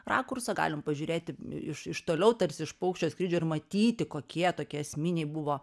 rakursą galim pažiūrėti iš iš toliau tarsi iš paukščio skrydžio ir matyti kokie tokie esminiai buvo